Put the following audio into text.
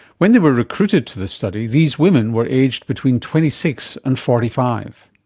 when they were recruited to the study these women were aged between twenty six and forty five.